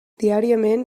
diàriament